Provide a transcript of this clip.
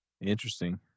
interesting